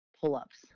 pull-ups